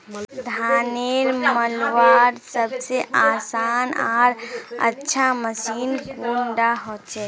धानेर मलवार सबसे आसान आर अच्छा मशीन कुन डा होचए?